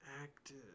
active